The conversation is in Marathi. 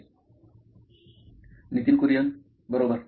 Nitin Kurian COO Nine Electronics बरोबर